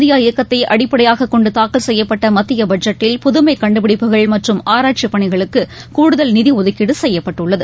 India இயக்கத்தைஅடிப்படையாகக் கொண்டுதாக்கல் செய்யப்பட்டமத்தியபட்ஜெட்டில் சுயசாா்பு புதுமைகண்டுபிடிப்புகள் மற்றும் ஆராய்ச்சிபணிகளுக்குகூடுதல் நிதிஒதுக்கீடுசெய்யப்பட்டுள்ளது